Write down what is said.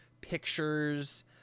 pictures